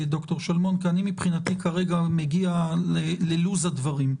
מבחינתי כרגע אני מגיע ללוז הדברים.